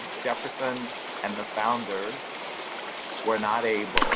jefferson and the founders were not able